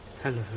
Hello